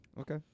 Okay